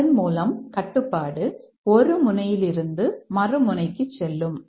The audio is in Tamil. அதன்மூலம் கட்டுப்பாடு ஒரு முனையிலிருந்து மறு முனைக்கு செல்லும்